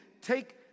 take